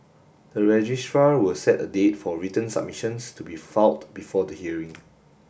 the registrar will set a date for written submissions to be filed before the hearing